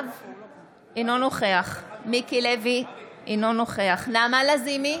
אינו נוכח מיקי לוי, אינו נוכח נעמה לזימי,